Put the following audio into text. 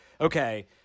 Okay